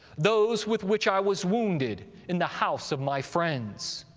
those with which i was wounded in the house of my friends.